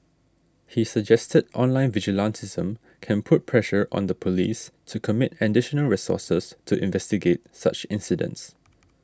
he suggested online vigilantism can put pressure on the police to commit additional resources to investigate such incidents